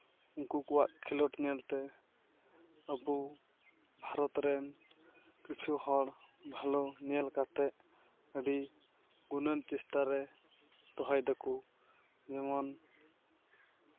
ᱩᱱᱠᱩ ᱠᱚᱣᱟᱜ ᱠᱷᱮᱞᱚᱰ ᱧᱮᱞᱛᱮ ᱟᱵᱩ ᱵᱷᱟᱨᱚᱛ ᱨᱮᱱ ᱠᱤᱪᱷᱩ ᱦᱚᱲ ᱠᱚᱫᱚ ᱵᱷᱟᱞᱚ ᱧᱮᱞ ᱠᱟᱛᱮ ᱟᱹᱰᱤ ᱜᱩᱱᱟᱹᱱ ᱪᱮᱥᱴᱟᱨᱮ ᱫᱚᱦᱚᱭ ᱫᱟᱠᱚ ᱡᱮᱢᱚᱱ